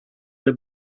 alle